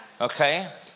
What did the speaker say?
Okay